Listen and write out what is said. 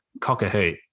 cock-a-hoot